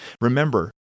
Remember